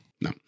No